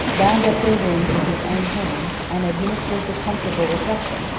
bound up their wounds with his own hands, and administered the comfortable reflection,